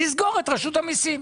נסגור את רשות המיסים.